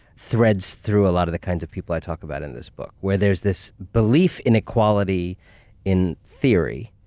threads through a lot of the kinds of people i talk about in this book, where there's this belief in equality in theory,